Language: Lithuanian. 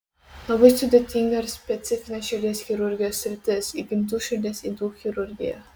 labai sudėtinga ir specifinė širdies chirurgijos sritis įgimtų širdies ydų chirurgija